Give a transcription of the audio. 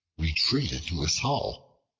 retreated to his hole.